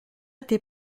tes